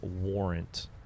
warrant